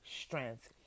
strength